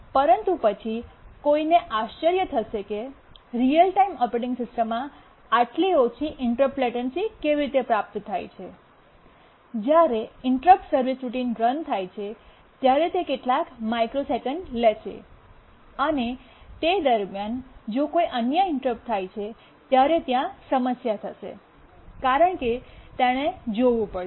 પરંતુ પછી કોઈને આશ્ચર્ય થશે કે રીઅલ ટાઇમ ઓપરેટિંગ સિસ્ટમમાં આટલી ઓછી ઇન્ટરપ્ટ લેટન્સી કેવી રીતે પ્રાપ્ત થાય છે જ્યારે ઇન્ટરપ્ટ સર્વિસ રૂટીન રન થાય છે ત્યારે તે કેટલાક માઇક્રોસેકન્ડ્સ લેશે અને તે દરમિયાન જો કોઈ અન્ય ઇન્ટરપ્ટ થાય છે ત્યારે ત્યાં સમસ્યા થશે કારણકે તેણે જોવી પડશે